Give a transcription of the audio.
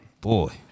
boy